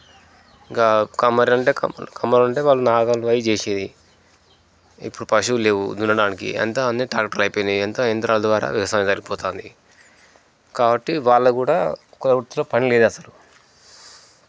ఇంకా కమ్మర్ అంటే కమ్మరి అంటే వాళ్ళు నాగల్ వయ్ చేసేది ఇప్పుడు పశువులు లేవు దున్ననానికి అంతా అన్నీ ట్రాక్టర్ అయిపొయినై అంతా యంత్రాల ద్వారా వ్యవసాయం జరిగి పోతాంది కాబట్టి వాళ్ళ గూడా కుల వృత్తిలో పనిలేదు అసలు